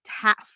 task